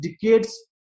decades